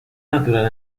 natural